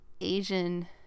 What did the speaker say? asian